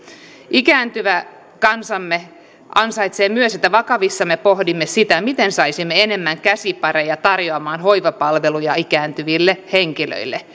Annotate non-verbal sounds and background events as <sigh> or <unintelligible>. ikääntyvä kansamme ansaitsee myös että vakavissamme pohdimme sitä miten saisimme enemmän käsipareja tarjoamaan hoivapalveluja ikääntyville henkilöille <unintelligible>